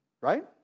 right